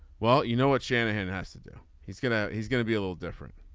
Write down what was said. well you know what shanahan has to do. he's gonna he's gonna be a little different.